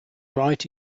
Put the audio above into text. right